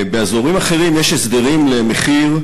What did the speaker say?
באזורים אחרים יש הסדרים למחיר,